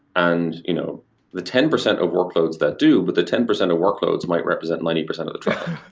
and you know the ten percent of workloads that do, but the ten percent of workloads might represent money percent of the trial